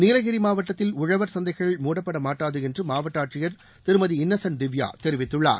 நீலகிரி மாவட்டத்தில் உழவா் சந்தைகள் மூடப்பட மாட்டாது என்று மாவட்ட ஆட்சியா் திருமதி இன்னசென்ட் திவ்யா தெரிவித்துள்ளார்